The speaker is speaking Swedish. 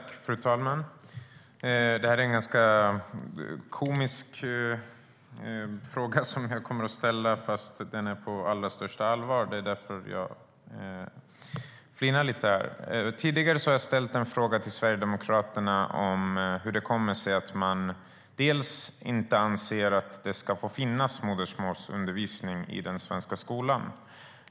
Fru talman! Det är en ganska komisk fråga jag kommer att ställa, men den ställs på allra största allvar. Jag har tidigare frågat Sverigedemokraterna hur det kommer sig att man inte anser att det ska finnas modersmålsundervisning i den svenska skolan.